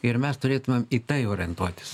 ir mes turėtumėm į tai orientuotis